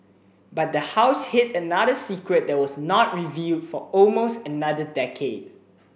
but the house hid another secret that was not revealed for almost another decade